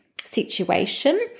situation